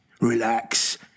relax